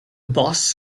boss